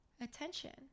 attention